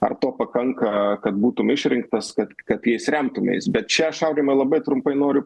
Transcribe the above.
ar to pakanka kad būtum išrinktas kad kad jais remtumeis bet čia aš aurimai labai trumpai noriu